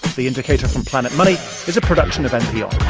the indicator from planet money is a production of npr